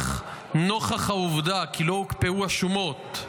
אך נוכח העובדה כי לא הוקפאו השומות,